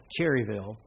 Cherryville